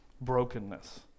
brokenness